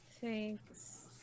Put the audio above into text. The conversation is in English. Thanks